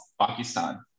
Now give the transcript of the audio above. Pakistan